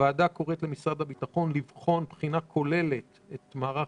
הוועדה קוראת למשרד הביטחון לבחון בחינה כוללת את מערך